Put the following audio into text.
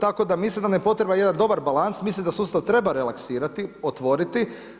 Tako da mislim da nam je potreban jedan dobar balans, mislim da sustav treba relaksirati, otvoriti.